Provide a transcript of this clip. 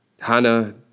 Hannah